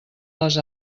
les